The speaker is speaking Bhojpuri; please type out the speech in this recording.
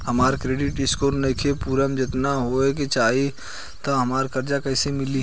हमार क्रेडिट स्कोर नईखे पूरत जेतना होए के चाही त हमरा कर्जा कैसे मिली?